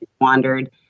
wandered